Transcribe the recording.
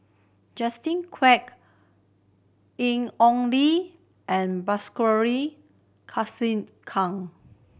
Justin Quek Ian Ong Li and Bilahari Kausikan